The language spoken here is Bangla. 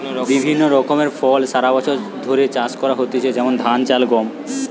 বিভিন্ন রকমের ফসল সারা বছর ধরে চাষ করা হইতেছে যেমন ধান, ডাল, গম